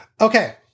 Okay